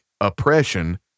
oppression